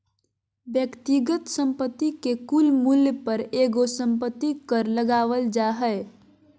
व्यक्तिगत संपत्ति के कुल मूल्य पर एगो संपत्ति कर लगावल जा हय